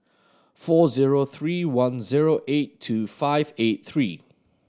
four zero three one zero eight two five eight three